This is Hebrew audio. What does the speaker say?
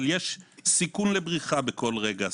אבל יש סיכון לבריחה בכל רגע,